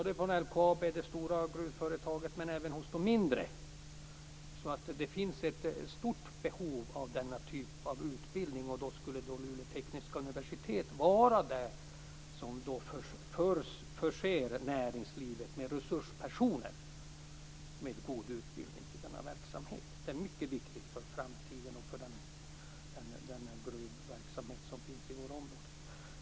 Det gäller både det stora gruvföretaget LKAB men även de mindre företagen. Det finns ett stort behov av denna typ av utbildning. Då skulle Luleå tekniska universitet vara det universitet som förser näringslivet med resurspersoner med god utbildning. Det är mycket viktigt för framtiden och den gruvverksamhet som finns i området.